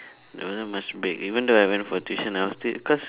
no lah must break even though I went for tuition I must still cause